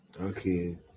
Okay